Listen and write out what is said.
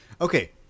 Okay